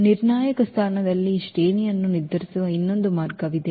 ನಿರ್ಣಾಯಕ ಸ್ಥಾನದಲ್ಲಿ ಈ ಶ್ರೇಣಿಯನ್ನು ನಿರ್ಧರಿಸುವ ಇನ್ನೊಂದು ಮಾರ್ಗವಿದೆ